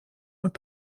und